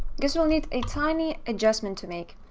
this will need a tiny adjustment to make.